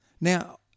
Now